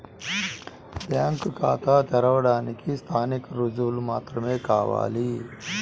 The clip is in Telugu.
బ్యాంకు ఖాతా తెరవడానికి స్థానిక రుజువులు మాత్రమే కావాలా?